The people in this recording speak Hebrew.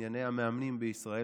ענייני המאמנים בישראל,